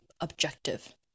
objective